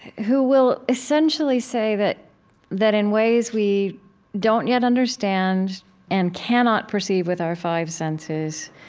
who will essentially say that that in ways we don't yet understand and cannot perceive with our five senses,